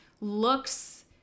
looks